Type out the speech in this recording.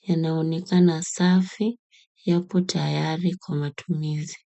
Yanaonekana safi hapo tayari kwa matumizi.